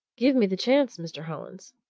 give me the chance, mr. hollins!